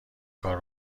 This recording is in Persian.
کار